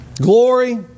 Glory